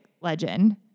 legend